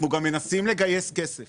אנחנו גם מנסים לגייס כסף